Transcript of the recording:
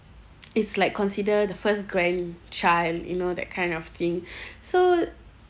it's like consider the first grandchild you know that kind of thing so